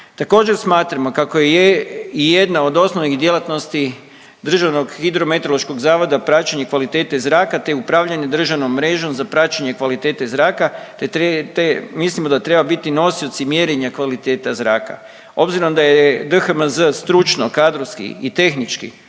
Također smatramo kako je i jedna od osnovnih djelatnosti Državnog hidrometeorološkog zavoda praćenje kvalitete zraka, te upravljanje državnom mrežom za praćenje kvalitete zraka te, te mislimo da treba biti nosioci mjerenja kvaliteta zraka. Obzirom da je DHMZ stručno, kadrovski i tehnički